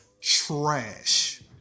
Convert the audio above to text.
trash